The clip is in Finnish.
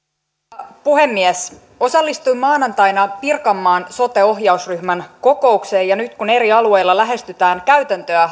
arvoisa puhemies osallistuin maanantaina pirkanmaan sote ohjausryhmän kokoukseen ja nyt kun eri alueilla lähestytään käytäntöä